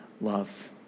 love